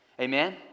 Amen